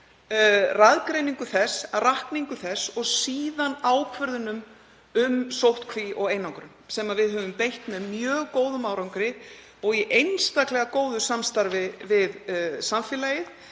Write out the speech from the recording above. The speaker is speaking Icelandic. raðgreiningu þess, rakningu og síðan ákvörðunum um sóttkví og einangrun, sem við höfum beitt með mjög góðum árangri og í einstaklega góðu samstarfi við samfélagið.